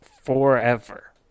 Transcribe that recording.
forever